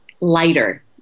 lighter